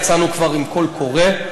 כבר יצאנו בקול קורא.